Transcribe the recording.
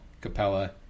Capella